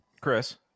Chris